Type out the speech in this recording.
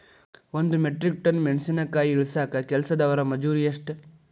ಒಂದ್ metric ton ಮೆಣಸಿನಕಾಯಿ ಇಳಸಾಕ್ ಕೆಲಸ್ದವರ ಮಜೂರಿ ಎಷ್ಟ?